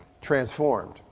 transformed